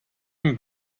him